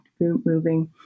moving